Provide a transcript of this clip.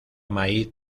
maíz